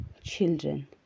children